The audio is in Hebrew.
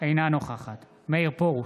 אינה נוכחת מאיר פרוש,